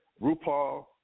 RuPaul